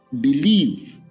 believe